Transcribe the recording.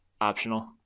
optional